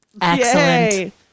Excellent